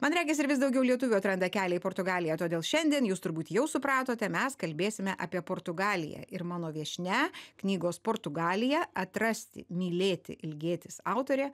man regis ir vis daugiau lietuvių atranda kelią į portugaliją todėl šiandien jūs turbūt jau supratote mes kalbėsime apie portugaliją ir mano viešnia knygos portugalija atrasti mylėti ilgėtis autorė